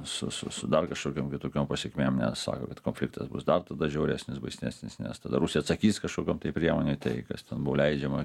su su su dar kažkokiom kitokiom pasekmėm nes sako kad konfliktas bus dar tada žiauresnis baisnesnis nes tada rusija atsakys kažkokiom tai priemonė tai kas ten buvo leidžiama